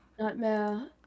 Nightmare